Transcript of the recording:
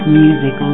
music